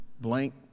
blank